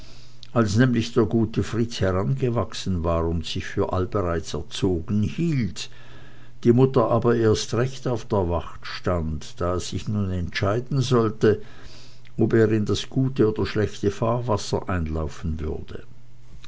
als nämlich der gute fritz herangewachsen war und sich für allbereits erzogen hielt die mutter aber erst recht auf der wacht stand da es sich nun entscheiden sollte ob er in das gute oder schlechte fahrwasser einlaufen würde